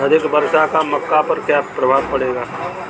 अधिक वर्षा का मक्का पर क्या प्रभाव पड़ेगा?